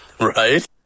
Right